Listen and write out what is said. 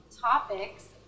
topics